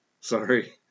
Sorry